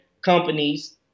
companies